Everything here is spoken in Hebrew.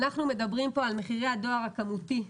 אנחנו מדברים כאן על מחירי הדואר הכמותי.